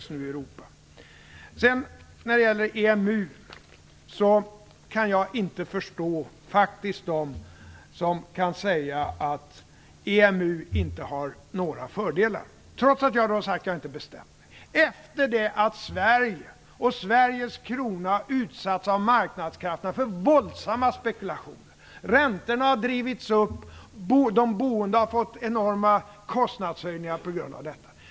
Trots att jag har sagt att jag inte har bestämt mig kan jag inte förstå dem som säger att EMU inte har några fördelar, efter det att Sverige och Sveriges krona utsatts av marknadskrafterna för våldsamma spekulationer. Räntorna har drivits upp. De boende har fått enorma kostnadshöjningar på grund av detta.